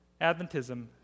Adventism